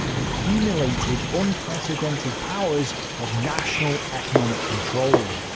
accumulated unprecedented powers of national economic control.